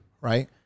right